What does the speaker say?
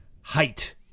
height